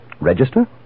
Register